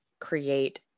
create